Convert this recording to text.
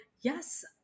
yes